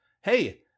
hey